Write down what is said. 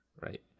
Right